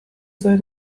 sei